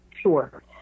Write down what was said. Sure